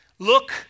Look